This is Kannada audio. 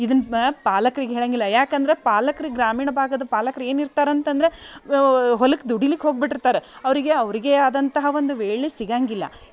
ಇದನ್ನು ಪಾಲಕ್ರಿಗೆ ಹೇಳಂಗಿಲ್ಲ ಯಾಕಂದ್ರೆ ಪಾಲಕ್ರಿಗೆ ಗ್ರಾಮೀಣ ಭಾಗದ ಪಾಲಕ್ರು ಏನು ಇರ್ತಾರೆ ಅಂತಂದ್ರೆ ಹೊಲಕ್ಕೆ ದುಡಿಲಿಕ್ಕೆ ಹೋಗಿ ಬಿಟ್ಟಿರ್ತಾರ ಅವರಿಗೆ ಅವರಿಗೇ ಆದಂತಹ ಒಂದು ವೇಳೆ ಸಿಗಂಗಿಲ್ಲ